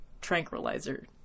tranquilizer